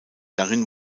darin